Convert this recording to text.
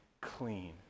clean